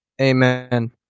Amen